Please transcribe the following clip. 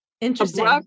interesting